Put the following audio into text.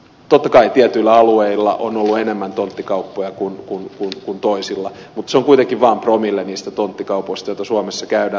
totta kai tietyillä alueilla on ollut enemmän tonttikauppoja kuin toisilla mutta se on kuitenkin vaan promille niistä tonttikaupoista joita suomessa käydään